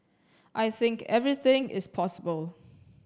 I think everything is possible